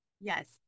Yes